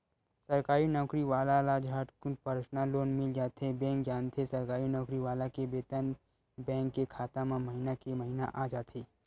सरकारी नउकरी वाला ल झटकुन परसनल लोन मिल जाथे बेंक जानथे सरकारी नउकरी वाला के बेतन बेंक के खाता म महिना के महिना आ जाथे